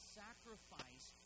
sacrifice